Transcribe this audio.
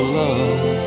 love